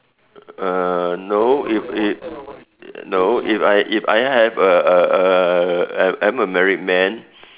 err no if it no if I if I have a a a I'm a married man